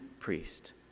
priest